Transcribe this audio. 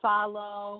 Follow